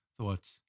thoughts